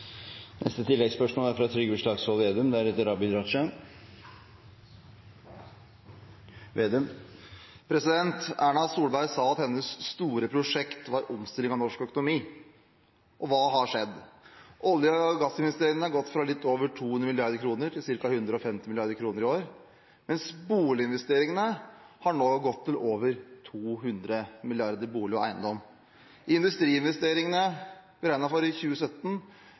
Trygve Slagsvold Vedum – til oppfølgingsspørsmål. Erna Solberg sa at hennes store prosjekt var omstilling av norsk økonomi – og hva har skjedd? Olje- og gassinvesteringene har gått fra å være litt over 200 mrd. kr til ca. 150 mrd. kr i år, mens bolig- og eiendomsinvesteringene nå har blitt på over 200 mrd. kr. Industriinvesteringene – beregnet for 2017 – er på rett i